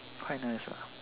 quite nice ah